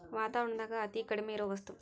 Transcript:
ವಾತಾವರಣದಾಗ ಅತೇ ಕಡಮಿ ಇರು ವಸ್ತು